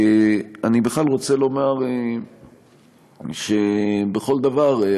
אני בכלל רוצה לומר שבכל דבר,